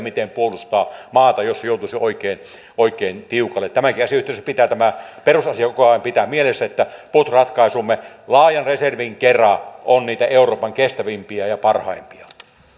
miten puolustaa maata jos se joutuisi oikein oikein tiukalle tämänkin asian yhteydessä pitää tämä perusasia koko ajan pitää mielessä että puolustusratkaisumme laajan reservin kera on niitä euroopan kestävimpiä ja parhaimpia